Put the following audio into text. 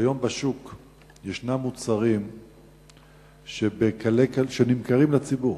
שבשוק היום ישנם מוצרים שנמכרים לציבור,